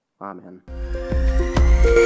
Amen